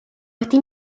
wedi